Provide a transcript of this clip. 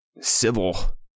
civil